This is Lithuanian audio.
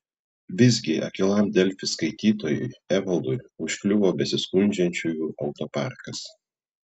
visgi akylam delfi skaitytojui evaldui užkliuvo besiskundžiančiųjų autoparkas